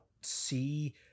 see